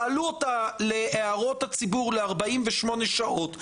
תעלו אותה להערות הציבור ל-48 שעות,